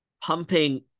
pumping